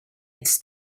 its